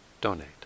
donate